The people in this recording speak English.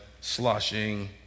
sloshing